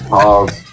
Pause